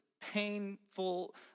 painful